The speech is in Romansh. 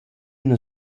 üna